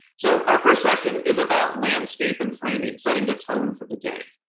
so our first session is about landscape and framing, setting the tone for the day.